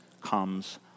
comes